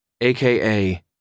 aka